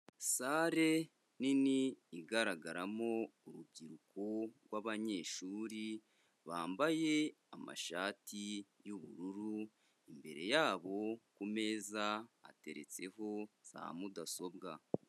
Salle nini igaragaramo urubyiruko rw'abanyeshuri, bambaye amashati y'ubururu, imbere yabo ku meza ateretseho za mudasobwa.